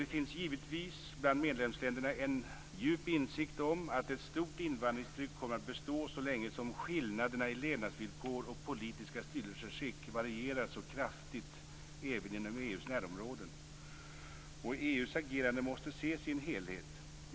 Det finns givetvis bland medlemsländerna en djup insikt om att ett stort invandringstryck kommer att bestå så länge som skillnaderna i levnadsvillkor och politiska styrelseskick varierar så kraftigt även inom EU:s närområden. EU:s agerande måste ses i en helhet.